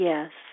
Yes